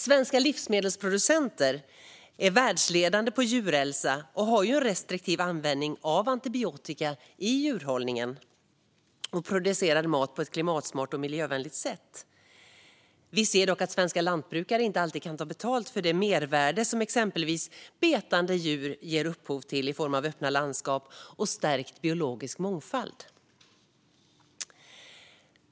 Svenska livsmedelsproducenter är världsledande på djurhälsa, har restriktiv användning av antibiotika i djurhållningen och producerar mat på ett klimatsmart och miljövänligt sätt. Vi ser dock att svenska lantbrukare inte alltid kan ta betalt för det mervärde som exempelvis betande djur ger upphov till i form av öppna landskap och stärkt biologisk mångfald.